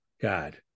God